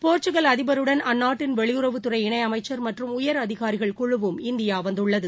Portugal அதிபருடன் அந்நாட்டின் வெளியுறவுத்துறை இணை அமைச்சர் மற்றும் உயர் அதிகாரிகள் குழுவும் இந்தியா வந்துள்ளது